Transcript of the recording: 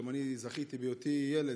גם אני זכיתי בהיותי ילד.